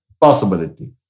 possibility